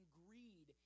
greed